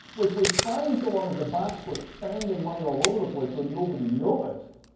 which was fine, so long as the banks were spending money all over the place so nobody noticed,